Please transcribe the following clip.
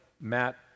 Matt